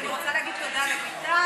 ואני רוצה להגיד תודה לביטן,